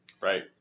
Right